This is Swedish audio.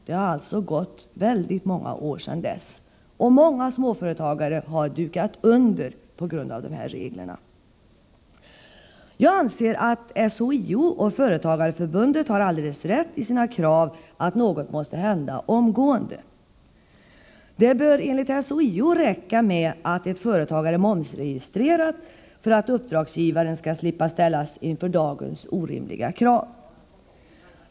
Det har alltså gått väldigt många år sedan dess, och många småföretagare har dukat under på grund av de regler som gäller. Jag anser att SHIO och Företagareförbundet har alldeles rätt i sitt krav att något måste hända omgående. Det bör enligt SHIO räcka att ett företag är momsregistrerat för att uppdragsgivaren skall slippa ställas inför dagens orimliga krav.